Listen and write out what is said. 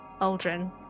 Aldrin